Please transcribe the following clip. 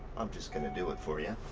i'm just gonna do it for ya.